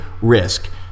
risk